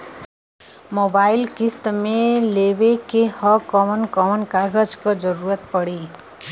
Mobile किस्त मे लेवे के ह कवन कवन कागज क जरुरत पड़ी?